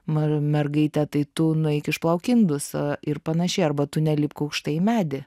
mano mergaite tai tu nueik išplauk indus ir panašiai arba tu nelipk aukštai į medį